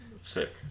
Sick